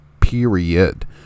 period